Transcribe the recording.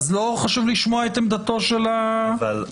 אז לא חשוב לשמוע את עמדתו של החייב?